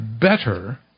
better